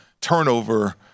turnover –